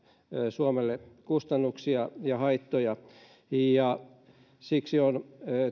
suomelle kustannuksia ja haittoja siksi on